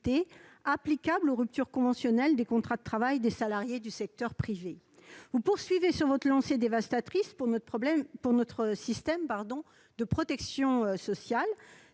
applicable aux ruptures conventionnelles des contrats de travail des salariés du secteur privé. Vous poursuivez ainsi sur votre lancée dévastatrice pour notre système de protection sociale,